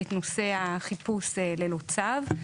את נושא החיפוש ללא צו,